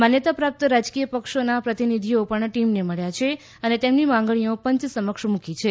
માન્યતા પ્રાપ્ત રાજકીય પક્ષોના પ્રતિનિધિઓ પણ ટીમને મબ્યા છે અને તેમની માંગણીઓ પંચ સમક્ષ મુકી છે